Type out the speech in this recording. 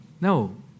No